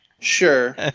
Sure